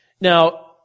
Now